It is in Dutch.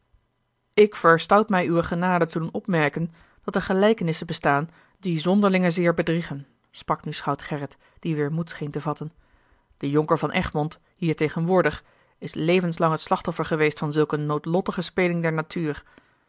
ik verstout mij uwe genade te doen opmerken dat er gelijkenissen bestaan die zonderlinge zeer bedriegen sprak nu schout gerrit die weêr moed scheen te vatten de jonker van egmond hier tegenwoordig is levenslang het slachtoffer geweest van zulke noodlottige speling der natuur